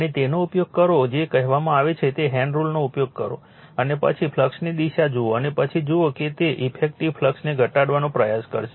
અને તેનો ઉપયોગ કરો જે કહેવામાં આવે છે તે હેન્ડ રુલનો ઉપયોગ કરો અને પછી ફ્લક્સની દિશા જુઓ અને પછી જુઓ કે તે ઇફેક્ટિવ ફ્લક્સને ઘટાડવાનો પ્રયાસ કરશે